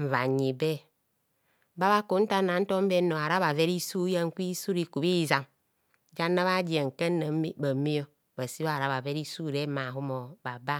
nvanyibe babhaku ntana tom be no ara bba vera isu bhanyan kwa isu ikubhizam, janna bhaji ankana mme bhame bhasebho ara bha vera kure ma humo bhaba.